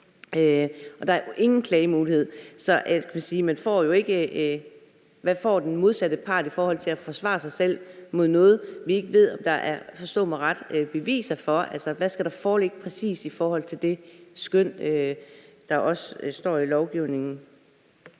og der er ingen klagemulighed. Så man kan sige: Hvad får den modsatte part i forhold til at forsvare sig selv mod noget, vi ikke ved, der – forstå mig ret – er beviser for? Hvad skal der foreligge præcis i forhold til de skøn, der også står noget om i lovgivningen?